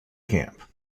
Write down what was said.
camp